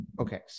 okay